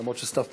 למרות שסתיו פה.